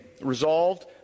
resolved